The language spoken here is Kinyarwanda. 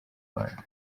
rwanda